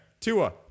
Tua